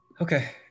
Okay